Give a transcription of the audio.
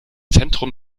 zentrum